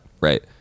right